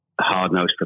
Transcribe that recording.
hard-nosed